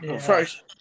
First